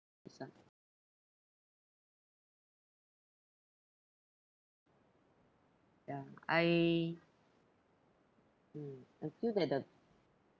this ah ya I mm I feel that the